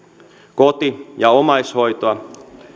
koti ja omaishoitoa